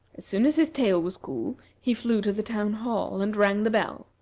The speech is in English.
as soon as his tail was cool he flew to the town-hall and rang the bell.